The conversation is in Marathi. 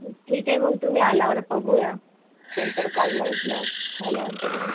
ठीक आहे मग तुम्ही आल्यावर बघूया नंतर काढलाबिढल्यावर झाल्यावर सगळं